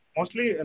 Mostly